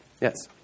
Yes